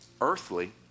earthly